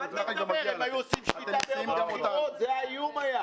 שאתם צריכים להביא אוכל לחג.